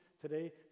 today